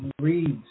reads